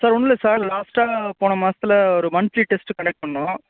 sir ஒன்றுல்ல sir லாஸ்ட்டாக போன மாதத்துல ஒரு மன்த்லி டெஸ்ட்டு கண்டக்ட் பண்ணோம்